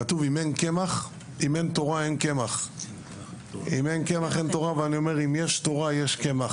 כתוב: "אם אין קמח אין תורה" ואני אומר "אם אין תורה אין קמח",